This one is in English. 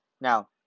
Now